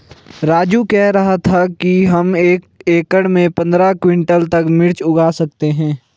राजू कह रहा था कि हम एक एकड़ में पंद्रह क्विंटल तक मिर्च उगा सकते हैं